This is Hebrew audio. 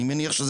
זו